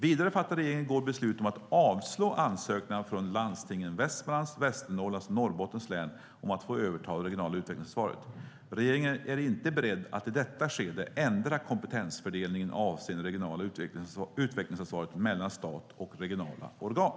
Vidare fattade regeringen i går beslut om att avslå ansökningarna från landstingen i Västmanlands, Västernorrlands och Norrbottens län om att få överta det regionala utvecklingsansvaret. Regeringen är inte beredd att i detta skede ändra kompetensfördelningen avseende det regionala utvecklingsansvaret mellan stat och regionala organ.